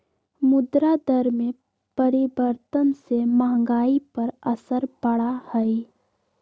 मुद्रा दर में परिवर्तन से महंगाई पर असर पड़ा हई